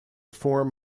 form